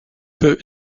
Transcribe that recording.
peu